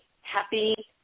happy